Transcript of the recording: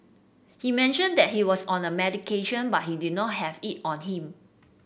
he mentioned that he was on a medication but he did not have it on him